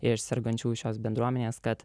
ir sergančiųjų šios bendruomenės kad